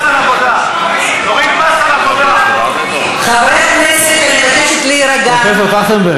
תוריד מס על עבודה, חברי הכנסת,